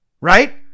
right